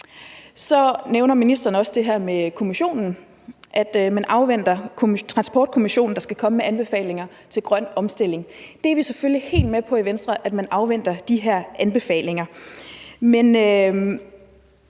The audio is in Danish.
ministeren også det her med kommissionen, altså at man afventer, at transportkommissionen skal komme med anbefalinger til grøn omstilling. Vi er selvfølgelig helt med på i Venstre, at man afventer de her anbefalinger.